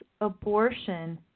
abortion